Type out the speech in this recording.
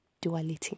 Duality